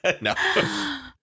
No